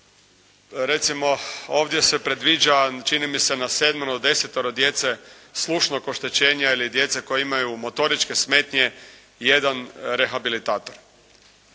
recimo ovdje se predviđa na sedmero, desetero djece slušnog oštećenja ili djece koja imaju motoričke smetnje jedan rehabilitator.